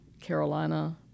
Carolina